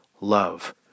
love